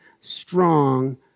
strong